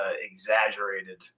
exaggerated